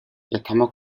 estamos